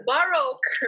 Baroque